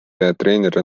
peatreener